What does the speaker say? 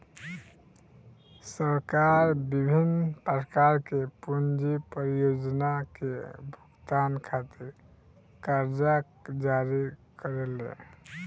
सरकार बिभिन्न प्रकार के पूंजी परियोजना के भुगतान खातिर करजा जारी करेले